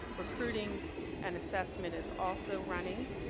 recruiting and assessment is also running.